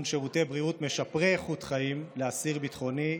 שירותי בריאות משפרי איכות חיים לאסיר ביטחוני),